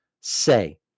say